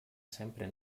sempre